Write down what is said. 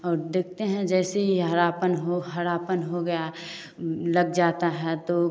और देखते हैं जैसे यह हरापन हो हरापन हो गया लग जाता है तो